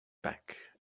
back